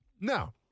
now